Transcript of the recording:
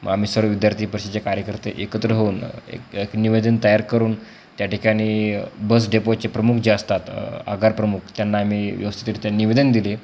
मग आम्ही सर्व विद्यार्थीपरिषदेचे कार्यकर्ते एकत्र होऊन एक निवेदन तयार करून त्याठिकाणी बस डेपोचे प्रमुख जे असतात आगार प्रमुख त्यांना आम्ही व्यवस्थितरीत्या निवेदन दिले